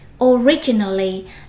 originally